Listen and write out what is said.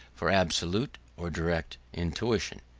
for absolute or direct intuition.